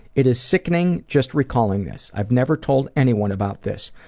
it is sickening just recalling this. i've never told anyone about this.